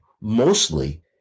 mostly